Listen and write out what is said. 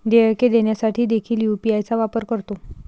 देयके देण्यासाठी देखील यू.पी.आय चा वापर करतो